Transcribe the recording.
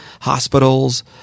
hospitals